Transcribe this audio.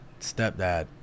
stepdad